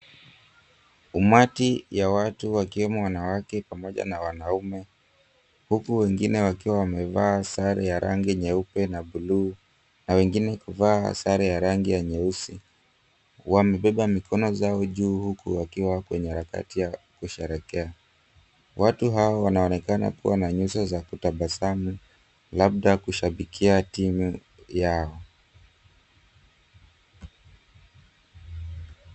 Umati ya watu wakiwemo wanawake pamoja na wanaume. Huku wengine wakiwa wamevaa sare ya rangi nyeupe na bluu, na wengine kuvaa sare ya rangi ya nyeusi. Wamebeba mikono zao juu huku wakiwa kwenye harakati ya kusherehekea. Watu hao wanaonekana kuwa na nyuso za kutabasamu, labda kushabikia timu yao.